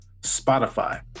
Spotify